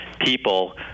people